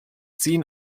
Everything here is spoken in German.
ziehen